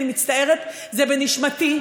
אני מצטערת, זה בנשמתי.